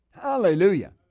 Hallelujah